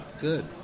Good